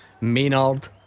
Maynard